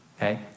okay